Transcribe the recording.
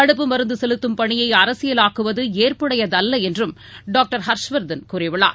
தடுப்பு மருந்தசெலுத்தும் பணியைஅரசியலாக்குவதுஏற்புடையதல்லஎன்றும் டாக்டர் ஹர்ஷ்வர்தன் கூறியுள்ளார்